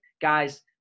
guys